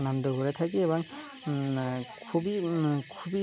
আনন্দ করে থাকি এবং খুবই খুবই